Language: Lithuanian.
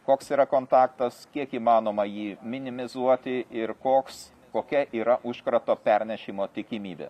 koks yra kontaktas kiek įmanoma jį minimizuoti ir koks kokia yra užkrato pernešimo tikimybė